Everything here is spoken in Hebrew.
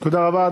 תודה רבה.